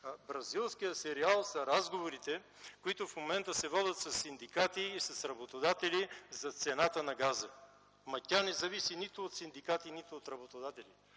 Бразилският сериал са разговорите, които в момента се водят със синдикати и с работодатели за цената на газа. Тя не зависи нито от синдикати, нито от работодатели.